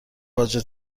باجه